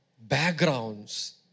backgrounds